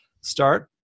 start